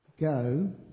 go